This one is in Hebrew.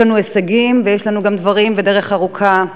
יש לנו הישגים ויש לנו גם דברים ודרך ארוכה.